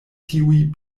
tiuj